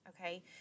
okay